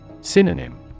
synonym